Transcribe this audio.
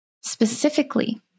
specifically